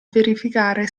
verificare